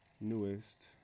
newest